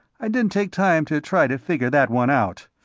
i didn't take time to try to figure that one out.